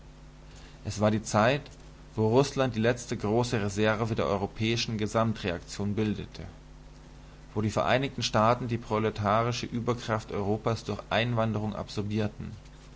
es war die zeit wo rußland die letzte große reserve der europäischen gesamtreaktion bildete wo die vereinigten staaten die proletarische überkraft europas durch einwanderung absorbierten